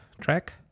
track